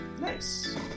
Nice